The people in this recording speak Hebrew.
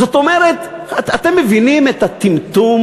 זאת אומרת, אתם מבינים את הטמטום?